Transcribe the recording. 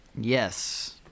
Yes